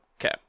okay